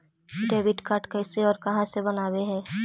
Debit card कैसे और कहां से बनाबे है?